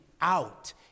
out